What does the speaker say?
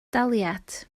daliad